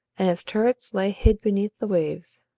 and its turrets lay hid beneath the waves.